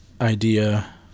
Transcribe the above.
idea